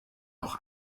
noch